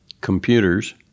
computers